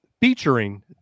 featuring